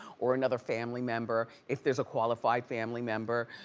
or another family member, if there's a qualified family member.